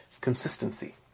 consistency